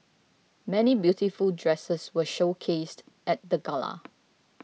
many beautiful dresses were showcased at the Gala